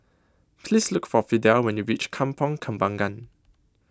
Please Look For Fidel when YOU REACH Kampong Kembangan